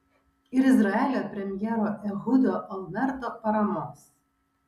ir izraelio premjero ehudo olmerto paramos